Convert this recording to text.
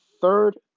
third